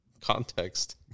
context